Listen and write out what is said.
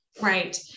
right